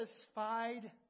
satisfied